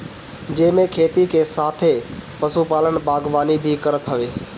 जेमे खेती के साथे पशुपालन, बागवानी भी करत हवे